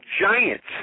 giants